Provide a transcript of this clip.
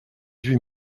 huit